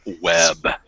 web